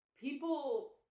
People